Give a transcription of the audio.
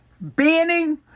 banning